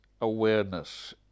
awareness